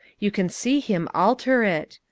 you can see him alter it.